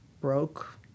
broke